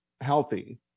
healthy